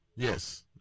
Yes